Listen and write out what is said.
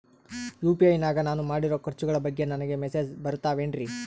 UPI ನಾಗ ನಾನು ಮಾಡಿರೋ ಖರ್ಚುಗಳ ಬಗ್ಗೆ ನನಗೆ ಮೆಸೇಜ್ ಬರುತ್ತಾವೇನ್ರಿ?